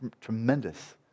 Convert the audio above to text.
tremendous